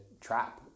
trap